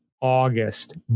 August